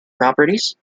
properties